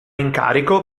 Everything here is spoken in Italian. incarico